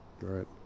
Right